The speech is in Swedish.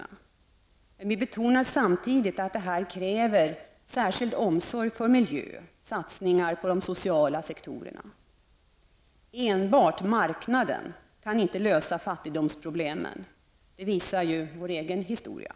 Men vi betonar samtidigt att detta kräver särskild omsorg om miljön och satsningar på de sociala sektorerna. Enbart marknaden kan inte lösa fattigdomsproblemen, det visar också vår egen historia.